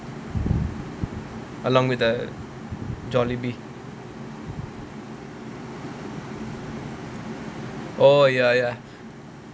along with the Jollibee oh ya ya